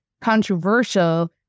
controversial